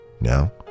Now